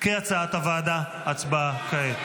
כהצעת הוועדה, הצבעה כעת.